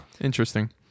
interesting